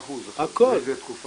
אתה נמצא ב-50%, באיזה תקופה?